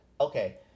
Okay